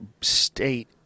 state